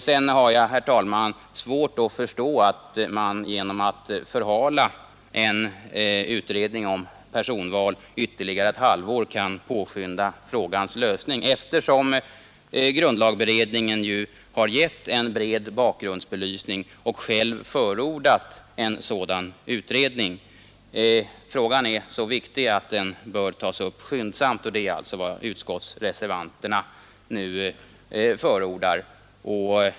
Sedan har jag, herr talman, svårt att förstå att man genom att förhala en utredning om personval ytterligare ett halvår kan påskynda frågans lösning, eftersom grundlagberedningen har givit en bred bakgrundsbelysning och själv förordat en sådan utredning. Frågan är så viktig att den bör tas upp skyndsamt, och det är alltså vad utskottsreservanterna nu förordar.